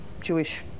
jewish